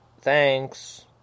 Thanks